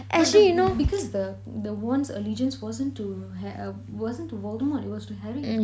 but the because the the wand's allegiance wasn't to har~ uh wasn't to voldemort it was to harry